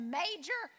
major